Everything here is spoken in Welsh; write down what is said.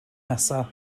nesaf